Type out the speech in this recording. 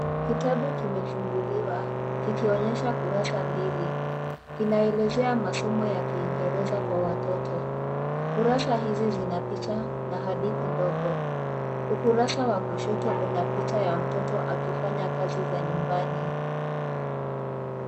Kitabu kimefunguliwa kikionyesha kurasa mbili inaelezea masomo ya kingereza kwa watoto kurasa hizi zina picha na hadithi ndogo ukurasa wa kushoto una picha ya mtoto akifanya kazi za nyumbani.